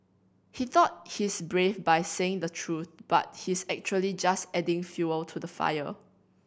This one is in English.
he thought he's brave by saying the truth but he's actually just adding fuel to the fire